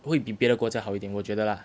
会比别的国家好一点我觉得 lah